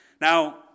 Now